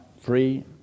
free